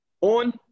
on